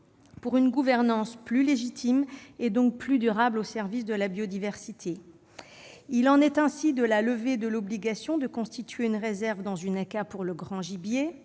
pour une gouvernance plus légitime et, donc, plus durable au service de la biodiversité. Il en est ainsi de la levée de l'obligation de constituer une réserve dans une ACCA pour le grand gibier